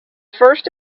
first